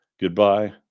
Goodbye